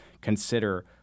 consider